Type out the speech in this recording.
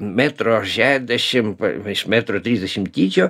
metro šešdešim iš metro trisdešimt dydžio